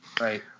Right